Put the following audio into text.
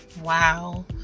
wow